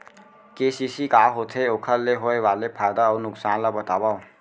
KCC का होथे, ओखर ले होय वाले फायदा अऊ नुकसान ला बतावव?